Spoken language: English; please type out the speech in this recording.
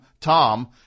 Tom